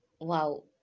Wow